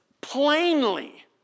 plainly